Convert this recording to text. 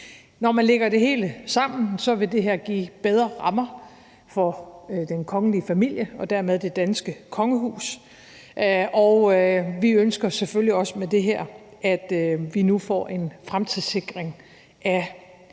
Når man lægger det hele sammen, vil det her give bedre rammer for den kongelige familie og dermed det danske kongehus. Og vi ønsker selvfølgelig også med det her, at vi nu får en fremtidssikring af